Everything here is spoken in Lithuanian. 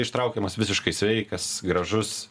ištraukiamas visiškai sveikas gražus